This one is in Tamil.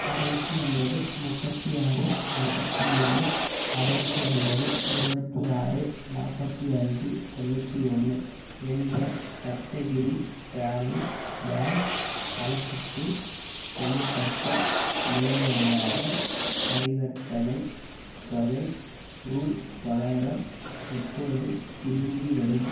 அறுபத்தி ஒன்பது முப்பத்தி ஆறு நாற்பத்தி ஏழு அறுபத்தி ஒன்பது இருபத்தி ஆறு நாற்பத்தி அஞ்சு தொண்ணூற்றி ஒன்று என்ற சப்தகிரி கிராமின் பேங்க் கணக்குக்கு செய்யப்பட்ட நிறைவடையாத பரிவர்த்தனைத் தொகை ரூபா தொள்ளாயிரம் எப்போது திரும்பிவரும்